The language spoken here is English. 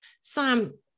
Sam